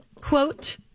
quote